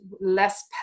less